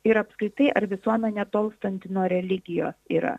ir apskritai ar visuomenė tolstanti nuo religijos yra